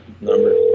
number